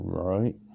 right